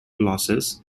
losses